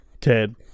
Ted